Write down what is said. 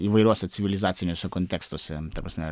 įvairiuose civilizaciniuose kontekstuose ta prasme